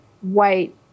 white